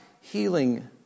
healing